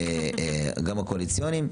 גם הקואליציוניים,